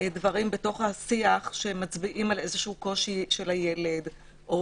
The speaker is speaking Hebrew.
עולים דברים מהשיח שמצביעים על קושי של הילד או